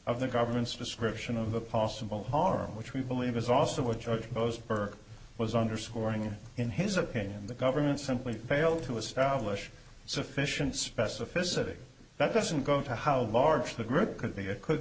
of the government's description of the possible harm which we believe is also what judge posner berg was underscoring in his opinion the government simply failed to establish sufficient specificity that doesn't go to how large the grid could be it could